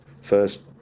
first